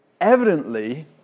evidently